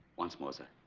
once more sir,